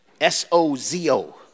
S-O-Z-O